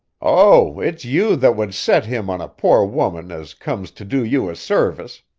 oh, it's you that would set him on a poor woman as comes to do you a service.